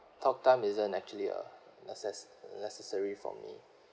talk time isn't actually a necces~ necessary for me